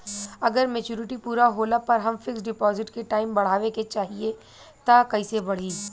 अगर मेचूरिटि पूरा होला पर हम फिक्स डिपॉज़िट के टाइम बढ़ावे के चाहिए त कैसे बढ़ी?